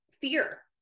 fear